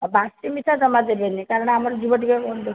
ଆଉ ବାସି ମିଠା ଜମା ଦେବେନି କାରଣ ଆମର ଯିବ ଟିକେ